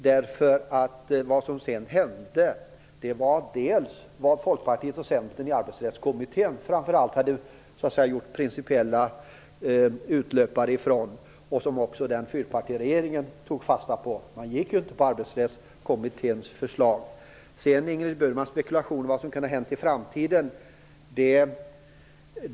Det som sedan hände var att framför allt Folkpartiet och Centern i Arbetsrättskommittén hade gjort principiella utlöpare som också den dåvarande fyrpartiregeringen tog fasta på. Man gick inte på Arbetsrättskommitténs förslag. Ingrid Burman spekulerade om vad som hade kunnat hända i framtiden.